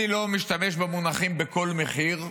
אני לא משתמש במונחים "בכל מחיר",